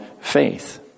faith